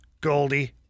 Goldie